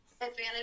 advantage